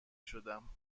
شدم